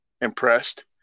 Impressed